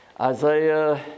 Isaiah